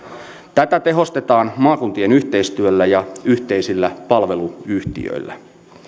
tätä tehostetaan maakuntien yhteistyöllä ja yhteisillä palveluyhtiöillä